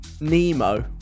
Nemo